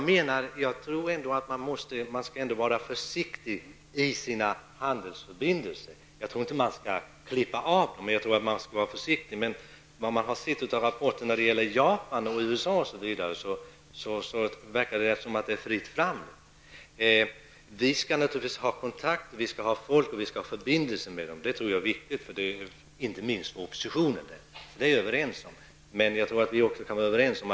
Man bör nog vara försiktig i sina handelsförbindelser, även om man inte behöver klippa av dem. Av rapporter som gäller Japan och USA kan man få intrycket att det är fritt fram. Vi skall naturligtvis ha kontakt och förbindelser med kineserna, för det är viktigt, inte minst för oppositionen. Det tror jag att vi kan vara överens om.